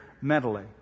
mentally